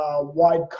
wide